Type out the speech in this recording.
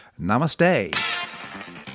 Namaste